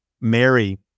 Mary